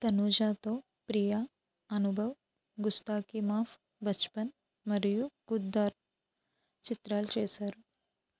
తనుజాతో ప్రియా అనుభవ్ గుస్తాకి మాఫ్ బచ్పన్ మరియు గుద్దార్ చిత్రాలు చేశారు